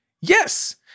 Yes